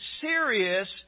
serious